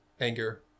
anger